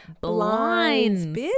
blinds